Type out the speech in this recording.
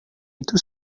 itu